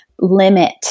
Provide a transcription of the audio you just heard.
limit